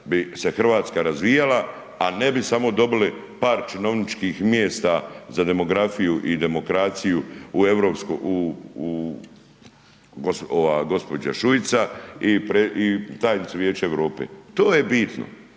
bi se Hrvatska razvijala a ne bi samo dobili par činovničkih mjesta za demografiju i demokraciju, ova gđa. Šujica i tajnica Vijeća Europe. To je bitno